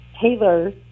Taylor